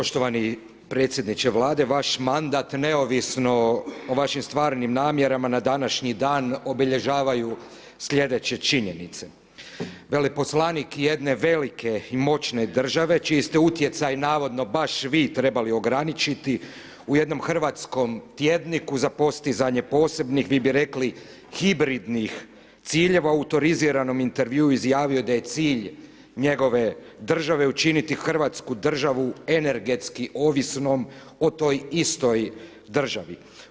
Poštovani predsjedniče Vlade, vaš mandat neovisno o vašim stvarnim namjerama na današnji dan obilježavaju sljedeće činjenice: veleposlanik jedne velike i moćne države čiji ste utjecaj navodno baš vi trebali ograničiti u jednom hrvatskom tjedniku za postizanje posebnih, vi bi rekli hibridnih ciljeva, autoriziranom intervjuu izjavio da je cilj njegove države učiniti Hrvatsku državu energetski ovisnom o toj istoj državi.